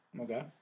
Okay